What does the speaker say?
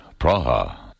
Praha